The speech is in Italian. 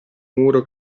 muro